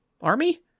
army